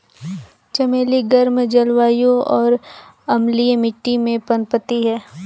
चमेली गर्म जलवायु और अम्लीय मिट्टी में पनपती है